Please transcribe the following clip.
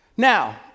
Now